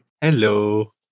Hello